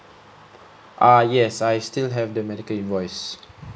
uh yes I still have the medical invoice